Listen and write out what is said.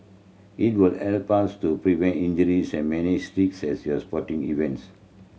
it will help us to prevent injuries and many at sporting events